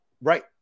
right